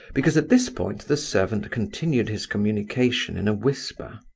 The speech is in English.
because at this point the servant continued his communication in a whisper.